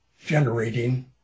generating